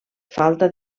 falta